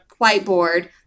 whiteboard